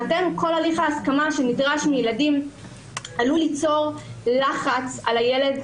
כל הליך ההסכמה שנדרש מילדים עלול ליצור לחץ על הילד,